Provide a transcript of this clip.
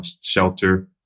shelter